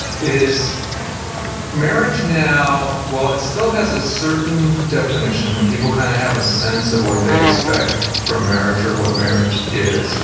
is marriage now, well, it still has a certain definition, and people kind of have a sense of what they expect from marriage, or what marriage is.